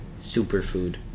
superfood